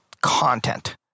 content